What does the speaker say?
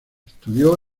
estudió